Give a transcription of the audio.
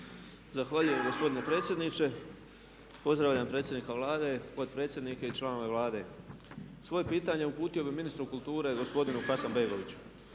Zahvaljujem gospodine predsjedniče. Pozdravljam predsjednika Vlade, potpredsjednike i članove Vlade. Svoje pitanje uputio bih ministru kulture gospodinu Hasanbegoviću.